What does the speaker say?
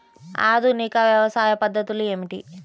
ఆధునిక వ్యవసాయ పద్ధతులు ఏమిటి?